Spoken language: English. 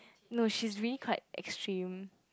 no she's really quite extreme